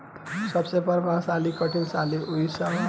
सबसे प्रभावशाली कीटनाशक कउन सा ह?